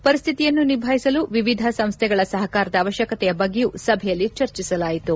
ಪರಿಸ್ಥಿತಿಯನ್ನು ನಿಭಾಯಿಸಲು ವಿವಿಧ ಸಂಸ್ಥೆಗಳ ಸಹಕಾರದ ಅವಶ್ವಕತೆಯ ಬಗ್ಗೆಯೂ ಸಭೆಯಲ್ಲಿ ಚರ್ಚಿಸಲಾಯಿತು